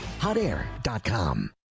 Hotair.com